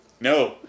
No